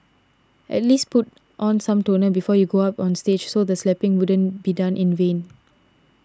at least put on some toner before you go up on stage so the slapping wouldn't be done in vain